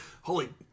Holy